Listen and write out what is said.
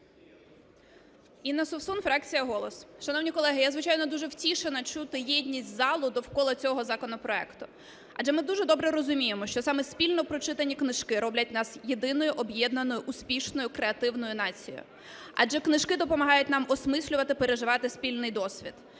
Інна Совсун, фракція "Голос". Шановні колеги, я, звичайно, дуже втішена чути єдність залу довкола цього законопроекту. Адже ми дуже добре розуміємо, що саме спільно прочитані книжки роблять нас єдиною, об'єднаною, успішною, креативною нацією, адже книжки допомагають нам осмислювати, переживати спільний досвід,